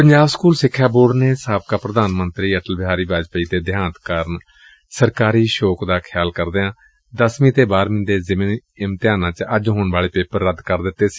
Punjab school ਸਿਖਿਆ board ਨੇ ਸਾਬਕਾ ਪ੍ਰਧਾਨ ਮੰਤਰੀ ਅਟਲ ਬਿਹਾਰੀ ਵਾਜਪਾਈ ਦੇ ਦੇਹਾਂਤ ਕਾਰਨ ਸਰਕਾਰੀ ਸ਼ੋਕ ਦਾ ਖਿਆਲ ਕਰਦਿਆਂ ਦਸਵੀਂ ਅਤੇ ਬਾਰਵੀਂ ਦੇ ਜ਼ਿਮਨੀ ਇਮਤਿਹਾਨ ਚ ਅੱਜ ਹੋਣ ਵਾਲੇ ਪੇਪਰ ਰੱਦ ਕਰ ਦਿੱਤੇ ਸੀ